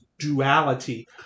duality